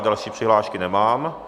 Další přihlášky nemám.